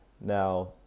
now